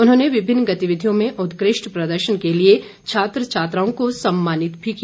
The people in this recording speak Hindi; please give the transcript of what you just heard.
उन्होंने विभिन्न गतिविधियों में उत्कृष्ट प्रदर्शन के लिए छात्र छात्राओं को सम्मानित भी किया